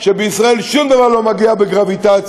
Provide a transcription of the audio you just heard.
שבישראל שום דבר לא מגיע בגרביטציה,